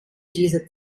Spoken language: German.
dieser